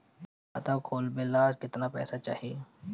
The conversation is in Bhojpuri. खाता खोलबे ला कितना पैसा चाही?